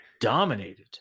dominated